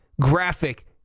graphic